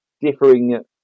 differing